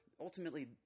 ultimately